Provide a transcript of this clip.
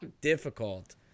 difficult